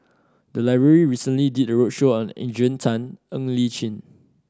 the library recently did a roadshow on Adrian Tan Ng Li Chin